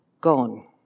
gone